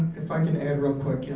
if i can add real quick, yeah